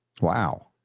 Wow